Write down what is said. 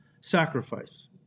sacrifice